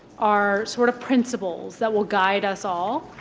are sort of principles that will guide us all.